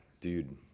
dude